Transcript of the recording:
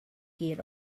get